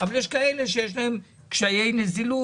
אבל יש כאלה שיש להם קשיי נזילות,